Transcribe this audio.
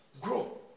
Grow